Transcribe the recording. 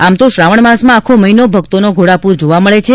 આમ તો શ્રાવણ માસમાં આખો મહિનો ભક્તોના ઘોડાપુર જોવા મળે છે